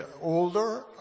older